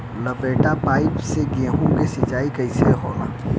लपेटा पाइप से गेहूँ के सिचाई सही होला?